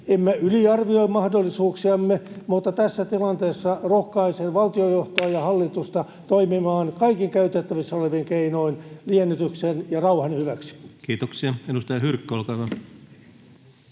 Emme yliarvioi mahdollisuuksiamme, mutta tässä tilanteessa rohkaisen valtionjohtoa ja hallitusta toimimaan kaikin käytettävissä olevin keinoin liennytyksen ja rauhan hyväksi. Kiitoksia. — Edustaja Hyrkkö, olkaa hyvä.